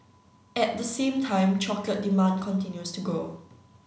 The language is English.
at the same time chocolate demand continues to grow